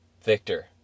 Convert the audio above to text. Victor